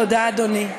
תודה, אדוני.